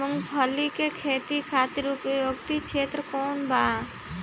मूँगफली के खेती खातिर उपयुक्त क्षेत्र कौन वा?